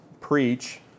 preach